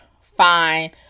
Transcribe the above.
fine